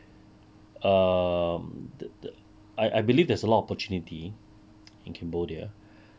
um th~ th~ I I believe there's a lot opportunity in cambodia